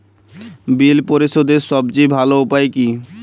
বিল পরিশোধের সবচেয়ে ভালো উপায় কী?